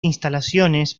instalaciones